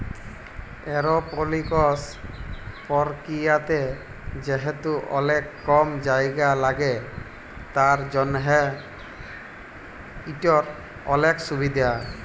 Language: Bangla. এরওপলিকস পরকিরিয়াতে যেহেতু অলেক কম জায়গা ল্যাগে তার জ্যনহ ইটর অলেক সুভিধা